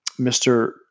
Mr